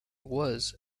was